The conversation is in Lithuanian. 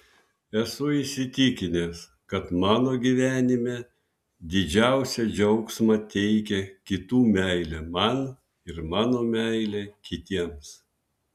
esu įsitikinęs kad mano gyvenime didžiausią džiaugsmą teikia kitų meilė man ir mano meilė kitiems